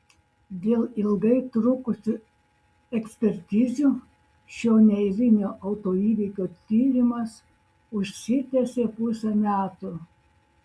dėl ilgai trukusių ekspertizių šio neeilinio autoįvykio tyrimas užsitęsė pusę metų